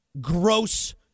gross